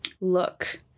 look